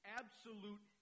absolute